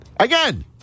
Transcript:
Again